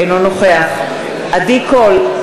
אינו נוכח עדי קול,